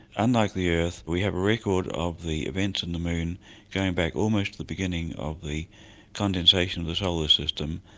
unlike the earth, we have a record of the events on and the moon going back almost to the beginning of the condensation of the solar system,